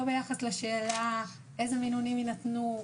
לא ביחס לשאלה אילו מינונים יינתנו.